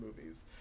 movies